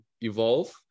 evolve